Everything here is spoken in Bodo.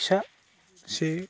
फिसासो